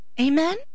Amen